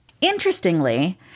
Interestingly